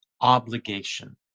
obligation